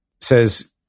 says